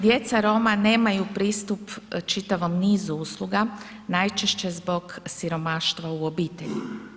Djeca Roma nemaju pristup čitavom nizu usluga, najčešće zbog siromaštva u obitelji.